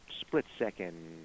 split-second